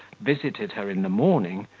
visited her in the morning,